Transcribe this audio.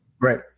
right